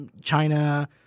China